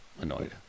Annoyed